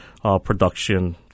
production